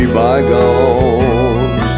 bygones